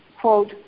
quote